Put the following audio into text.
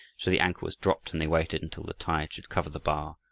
so the anchor was dropped, and they waited until the tide should cover the bar,